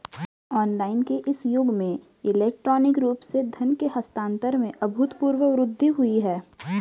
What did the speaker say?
online के इस युग में इलेक्ट्रॉनिक रूप से धन के हस्तांतरण में अभूतपूर्व वृद्धि हुई है